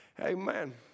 Amen